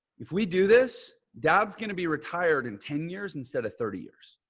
if we do this, dad's going to be retired in ten years instead of thirty years.